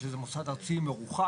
כשמוסד ארצי מרוקח